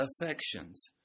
affections